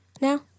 now